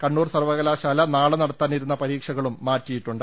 കണ്ണൂർ സർവകലാ ശാല നാളെ നടത്താനിരുന്ന പരീക്ഷകളും മാറ്റിയിട്ടുണ്ട്